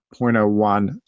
0.01